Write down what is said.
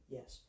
Yes